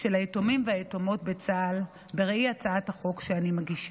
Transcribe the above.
ביתומים והיתומות בצה"ל בראי הצעת החוק שאני מגישה.